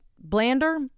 Blander